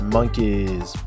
Monkeys